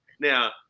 now